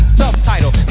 subtitle